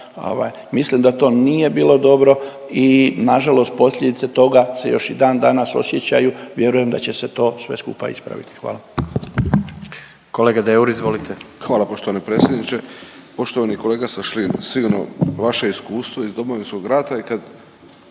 Mislim da to nije bilo dobro i na žalost posljedice toga se još i dan danas osjećaju. Vjerujem da će se to sve skupa ispraviti. Hvala. **Jandroković, Gordan (HDZ)** Kolega Deur, izvolite. **Deur, Ante (HDZ)** Hvala poštovani predsjedniče. Poštovani kolega Šašlin sigurno vaše iskustvo iz Domovinskog rata